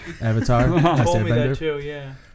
Avatar